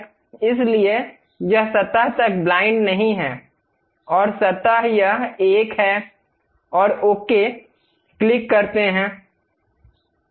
सतह के स्तर तक इसलिए यह सतह तक ब्लाइंड नहीं है और सतह यह एक है और ओके क्लिक करते है